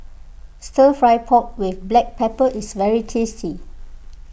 Stir Fry Pork with Black Pepper is very tasty